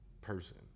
person